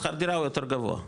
שכר דירה הוא יותר גבוה,